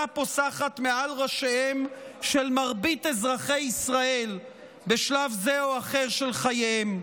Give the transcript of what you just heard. פוסחת מעל ראשיהם של מרבית אזרחי ישראל בשלב זה או אחר של חייהם.